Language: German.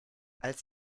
als